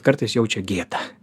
kartais jaučia gėdą